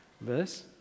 verse